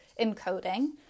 encoding